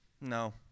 No